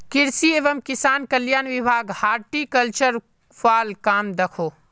कृषि एवं किसान कल्याण विभाग हॉर्टिकल्चर वाल काम दखोह